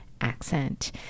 accent